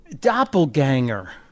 Doppelganger